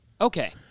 Okay